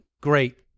great